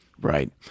Right